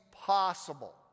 possible